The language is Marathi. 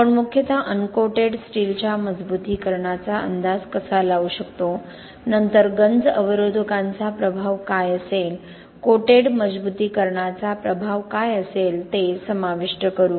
आपण मुख्यतः अनकोटेड स्टीलच्या मजबुतीकरणाचा अंदाज कसा लावू शकतो नंतर गंज अवरोधकांचा प्रभाव काय असेल कोटेड मजबुतीकरणाचा प्रभाव काय असेल ते समाविष्ट करू